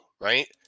right